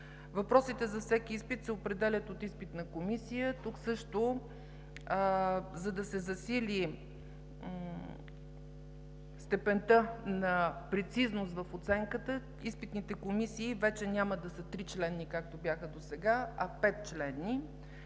Въпросите за всеки изпит се определят от изпитна комисия. Тук също, за да се засили степента на прецизност в оценката, изпитните комисии вече няма да са тричленни, както бяха досега, а петчленни.